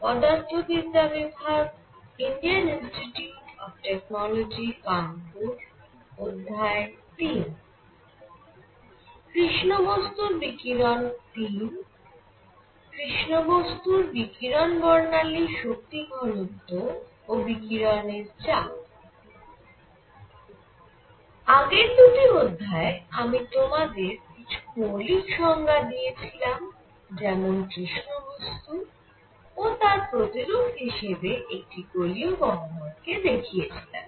আগের দুটি অধ্যায়ে আমি তোমাদের কিছু মৌলিক সংজ্ঞা দিয়েছিলাম যেমন কৃষ্ণ বস্তু ও তার প্রতিরূপ হিসেবে একটি গোলীয় গহ্বর কে দেখিয়েছিলাম